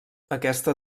aquesta